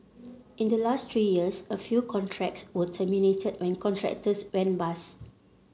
in the last three years a few contracts were terminated when contractors went bust